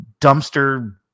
dumpster